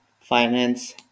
finance